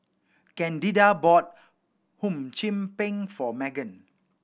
Candida bought Hum Chim Peng for Meaghan